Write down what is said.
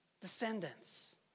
descendants